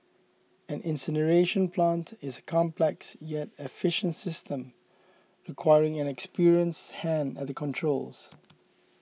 an incineration plant is a complex yet efficient system requiring an experienced hand at the controls